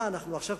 מה אנחנו עכשיו,